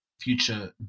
future